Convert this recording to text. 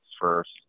first